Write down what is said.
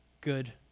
good